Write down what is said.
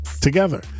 together